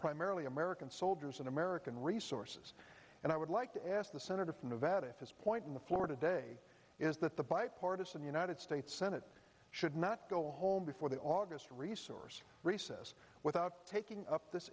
primarily american soldiers and american resources and i would like to ask the senator from nevada at this point in the floor today is that the bipartisan united states senate should not go home before the august resource recess without taking up this